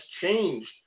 changed